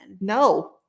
No